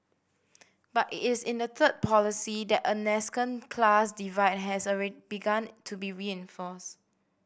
but it is in the third policy that a nascent class divide has begun to be reinforced